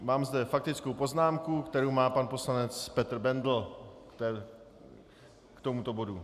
Mám zde faktickou poznámku, kterou má pan poslanec Petr Bendl k tomuto bodu.